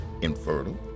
infertile